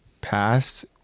passed